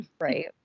Right